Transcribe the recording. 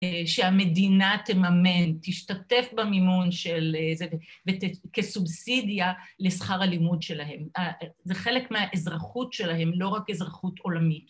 ‫שהמדינה תממן, תשתתף במימון של... ‫וכסובסידיה לשכר הלימוד שלהם. ‫זה חלק מהאזרחות שלהם, ‫לא רק אזרחות עולמית.